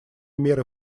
меры